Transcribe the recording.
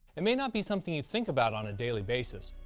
it may not be something you think about on a daily basis.